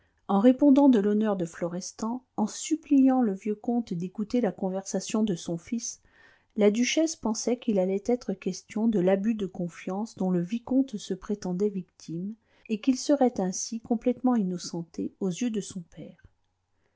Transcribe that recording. en répondant de l'honneur de florestan en suppliant le vieux comte d'écouter la conversation de son fils la duchesse pensait qu'il allait être question de l'abus de confiance dont le vicomte se prétendait victime et qu'il serait ainsi complètement innocenté aux yeux de son père